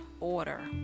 order